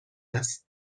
است